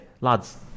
Lads